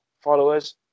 followers